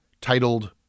titled